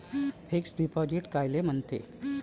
Fix deposit कायले म्हनते?